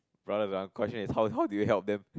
rather than how the question is how how do you help them